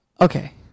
Okay